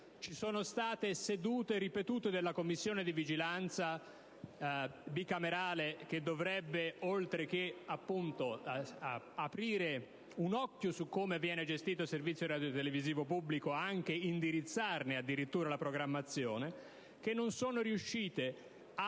Ci sono state ripetute sedute della Commissione bicamerale di vigilanza - che dovrebbe, oltre che aprire un occhio su come viene gestito il servizio radiotelevisivo pubblico, anche indirizzarne addirittura la programmazione - che non sono riuscite a